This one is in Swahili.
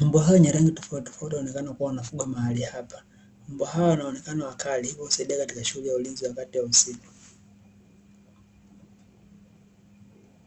mbwa hawa wa rangi tofauti tofauti inaonekana kuwa wanaofungwa mahali hapa kwamba wanaonekana wakali wakisaidia katika shughuli ya ulinzi wakati wa usiku.